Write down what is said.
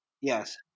Yes